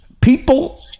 people